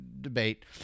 debate